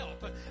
help